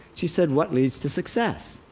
she said, what leads to success?